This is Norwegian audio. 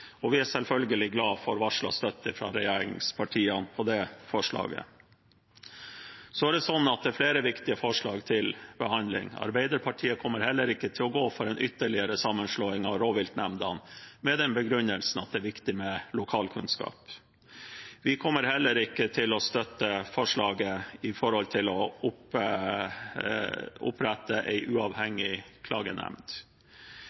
Vi er selvfølgelig glad for varslet støtte fra regjeringspartiene til det forslaget. Det er flere viktige forslag til behandling. Arbeiderpartiet kommer heller ikke til å gå for en ytterligere sammenslåing av rovviltnemndene, med den begrunnelse at det er viktig med lokalkunnskap. Vi kommer heller ikke til å støtte forslaget om å opprette en uavhengig klagenemnd. Arbeiderpartiet står ved gjeldende rovviltpolitikk. Senterpartiet etterlyser støtte til